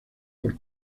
por